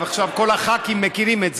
עכשיו כל הח"כים מכירים את זה.